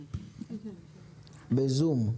בזום.